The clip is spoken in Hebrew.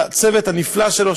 לצוות הנפלא שלו,